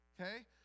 okay